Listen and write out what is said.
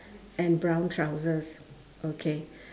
and brown trousers okay